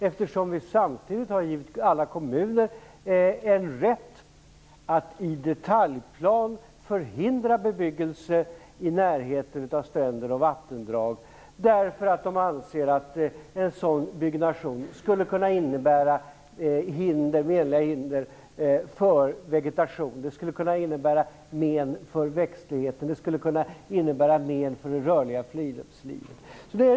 Vi har ju samtidigt gett alla kommuner rätt att i detaljplaner förhindra bebyggelse i närheten av stränder och vattendrag, därför att det anses att sådan byggnation skulle kunna innebära menliga hinder för vegetationen. Det skulle alltså kunna innebära men för växtligheten och för det rörliga friluftslivet.